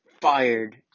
fired